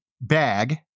bag